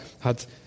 hat